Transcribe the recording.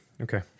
Okay